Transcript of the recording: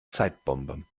zeitbombe